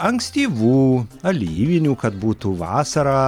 ankstyvų alyvinių kad būtų vasarą